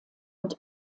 und